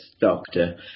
doctor